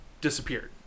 disappeared